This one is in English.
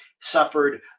suffered